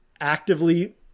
actively